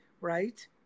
right